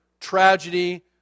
tragedy